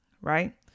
Right